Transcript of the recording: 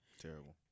Terrible